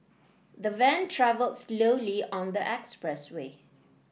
the van travelled slowly on the expressway